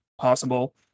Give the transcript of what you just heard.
possible